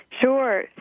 Sure